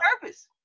purpose